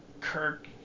Kirk